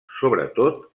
sobretot